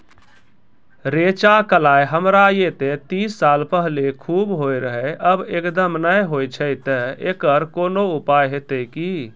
रेचा, कलाय हमरा येते तीस साल पहले खूब होय रहें, अब एकदम नैय होय छैय तऽ एकरऽ कोनो उपाय हेते कि?